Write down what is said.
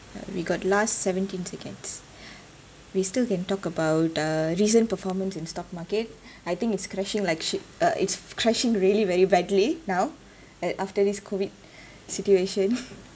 we got last seventeen seconds we still can talk about the recent performance in stock market I think it's crashing like shit uh it's crashing really very badly now and after this COVID situation